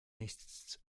mists